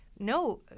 No